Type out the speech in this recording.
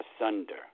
Asunder